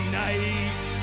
night